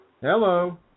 Hello